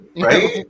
right